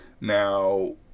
Now